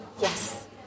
Yes